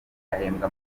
ahembwa